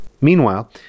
Meanwhile